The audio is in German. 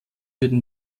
würden